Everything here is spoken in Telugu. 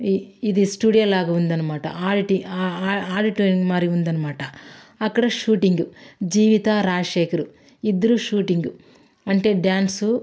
ఇ ఇది స్టూడియోలాగా ఉంది అన్నమాట ఆడి ఆడిటోరియం మాదిరి ఉంది అన్నమాట అక్కడ షూటింగ్ జీవిత రాజశేఖరు ఇద్దరు షూటింగు అంటే డ్యాన్సు